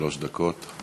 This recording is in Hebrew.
שלוש דקות.